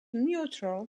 neutral